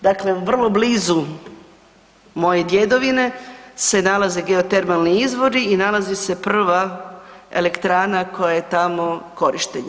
Dakle, vrlo blizu moje djedovine se nalaze geotermalni izvori i nalazi se prva elektrana koja je tamo korištena.